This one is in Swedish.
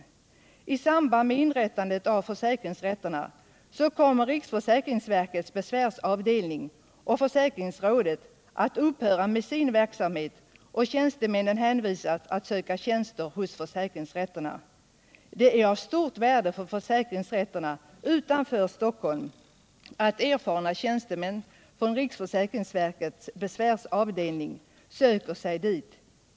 — regionala försäk I samband med inrättandet av försäkringsrätterna kommer riksförsäk = ringsrätter ringsverkets besvärsavdelning och försäkringsrådet att upphöra med sin verksamhet, och tjänstemännen hänvisas till att söka tjänster hos försäkringsrätterna. Det är av stort värde för försäkringsrätterna utanför Stockholm att erfarna tjänstemän från riksförsäkringsverkets besvärsavdelning söker sig dit.